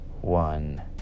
one